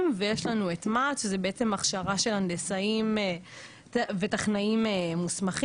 ויש לנו את מה"ט שזה בעצם הכשרה של הנדסיים וטכנאים מוסמכים,